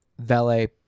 valet